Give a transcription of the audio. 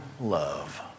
love